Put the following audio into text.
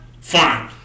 Fine